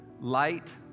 Light